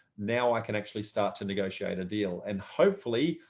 now i can actually start to negotiate a deal and hopefully,